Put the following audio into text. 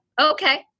okay